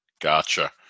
Gotcha